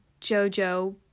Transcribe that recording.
Jojo